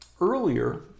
earlier